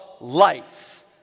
lights